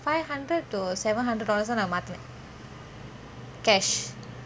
five hundred to seven hundred dollars தான் நான் மாத்துனே:thaan naan maathune cash